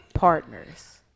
Partners